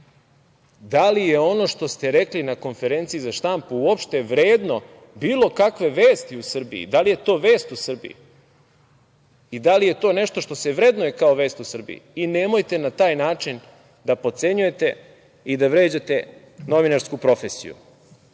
da li je ono što ste rekli na konferenciji za štampu uopšte vredno bilo kakve vesti u Srbiji, da li je to vest u Srbiji i da li je to nešto što se vrednuje kao vest u Srbiji? Nemojte na taj način da potcenjujete i da vređate novinarsku profesiju. Kada